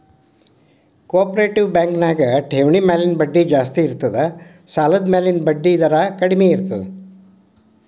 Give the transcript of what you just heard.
co operative bank ನ್ಯಾಗ ಠೆವ್ಣಿ ಮ್ಯಾಲಿನ್ ಬಡ್ಡಿ ಜಾಸ್ತಿ ಇರ್ತದ ಸಾಲದ್ಮ್ಯಾಲಿನ್ ಬಡ್ಡಿದರ ಕಡ್ಮೇರ್ತದ